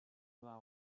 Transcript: vins